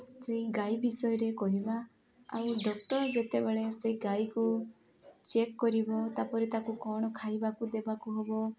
ସେଇ ଗାଈ ବିଷୟରେ କହିବା ଆଉ ଡ଼କ୍ଟର ଯେତେବେଳେ ସେଇ ଗାଈକୁ ଚେକ୍ କରିବ ତାପରେ ତାକୁ କ'ଣ ଖାଇବାକୁ ଦେବାକୁ ହେବ